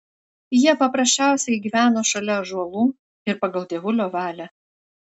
jie paprasčiausiai gyveno šalia ąžuolų ir pagal dievulio valią